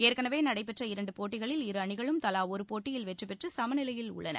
ஏற்கனவே நடைபெற்ற இரண்டு போட்டிகளில் இரு அணிகளும் தலா ஒரு போட்டியில் வெற்றி பெற்று சமநிலையில் உள்ளன